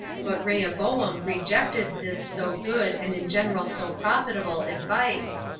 but rehoboam rejected this so good, and in general so profitable, advice,